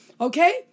Okay